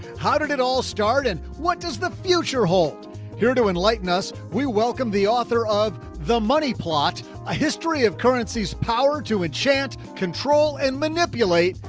how did it all start? and what does the future hold here to enlighten us? we welcome the author of the money plot a history of currency's power to enchant control and manipulate,